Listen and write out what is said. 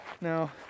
no